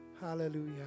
Hallelujah